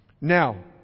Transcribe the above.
Now